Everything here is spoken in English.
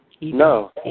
No